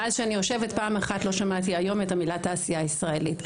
מאז שאני יושבת פעם אחת לא שמעתי היום את המילה תעשייה ישראלית.